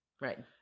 Right